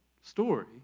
story